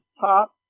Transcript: top